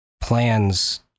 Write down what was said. plans